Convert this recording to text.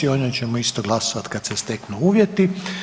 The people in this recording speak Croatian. O njoj ćemo isto glasovati kad se steknu uvjeti.